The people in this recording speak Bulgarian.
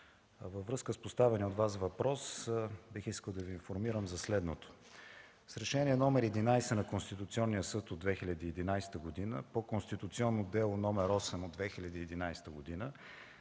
във връзка с поставения от Вас въпрос бих искал да Ви информирам за следното. С Решение № 11 на Конституционния съд от 2011 г. по конституционно дело № 8 от 2011 г.